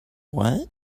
what